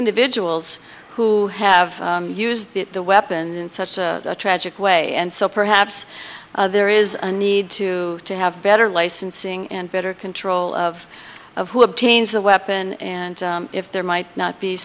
individuals who have used the weapon in such a tragic way and so perhaps there is a need to to have better licensing and better control of of who obtains a weapon and if there might not be